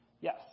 Yes